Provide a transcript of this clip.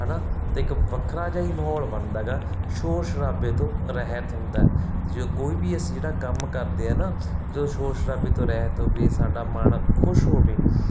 ਹੈ ਨਾ ਅਤੇ ਇੱਕ ਵੱਖਰਾ ਜਿਹਾ ਹੀ ਮਾਹੌਲ ਬਣਦਾ ਹੈਗਾ ਸ਼ੋਰ ਸ਼ਰਾਬੇ ਤੋਂ ਰਹਿਤ ਹੁੰਦਾ ਜਦੋਂ ਕੋਈ ਵੀ ਅਸੀਂ ਜਿਹੜਾ ਕੰਮ ਕਰਦੇ ਹਾਂ ਨਾ ਜਦੋਂ ਸ਼ੋਰ ਸ਼ਰਾਬੇ ਤੋਂ ਰਹਿਤ ਹੋਵੇ ਸਾਡਾ ਮਨ ਖੁਸ਼ ਹੋਵੇ